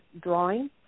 drawing